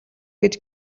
гэж